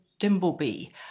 Dimbleby